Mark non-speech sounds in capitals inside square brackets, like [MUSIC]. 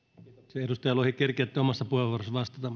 edustaja lohi kerkeätte omassa puheenvuorossanne vastata [UNINTELLIGIBLE]